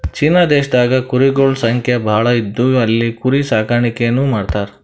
China ದೇಶದಾಗ್ ಕುರಿಗೊಳ್ ಸಂಖ್ಯಾ ಭಾಳ್ ಇದ್ದು ಅಲ್ಲಿ ಕುರಿ ಸಾಕಾಣಿಕೆನೂ ಮಾಡ್ತರ್